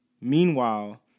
Meanwhile